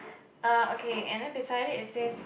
uh okay and then beside it it says